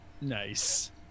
Nice